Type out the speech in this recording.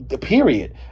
period